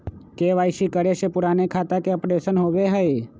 KYC करें से पुराने खाता के अपडेशन होवेई?